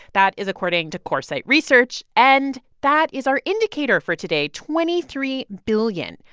that is according to coresite research. and that is our indicator for today twenty three billion.